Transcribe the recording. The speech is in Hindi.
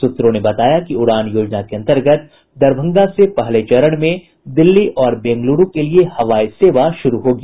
सूत्रों ने बताया कि उड़ान योजना के अंतर्गत दरभंगा से पहले चरण में दिल्ली और बेंगलुरू के लिये हवाई सेवा शुरू होगी